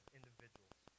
individuals